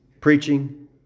preaching